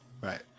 Right